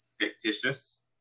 fictitious